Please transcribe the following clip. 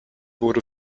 wurde